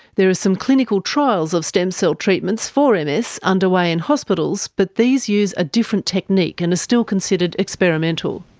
there are some clinical trials of stem cell treatments for ms underway in hospitals, but these use a different technique and are still considered experimental.